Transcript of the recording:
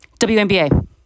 WNBA